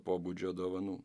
pobūdžio dovanų